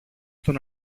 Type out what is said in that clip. τον